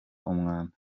umwanda